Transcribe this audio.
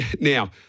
Now